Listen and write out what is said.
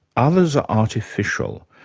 others are artificial.